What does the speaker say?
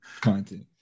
Content